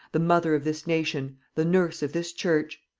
the mother of this nation, the nurse of this church,